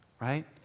right